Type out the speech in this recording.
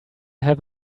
have